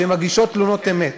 שמגישות תלונות אמת.